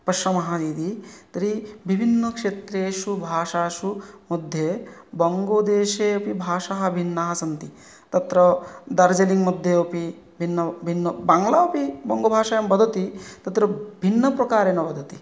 पश्यामः यदि तर्हि विभिन्नक्षेत्रेषु भाषासु मध्ये बङ्गदेशे भाषाः भिन्नाः सन्ति तत्र दार्जलिङ्ग् मध्ये अपि भिन्न भिन्न बाङ्ग्ला अपि बङ्ग भाषां वदति तत्र भिन्नप्रकारेण वदति